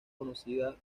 conocida